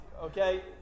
Okay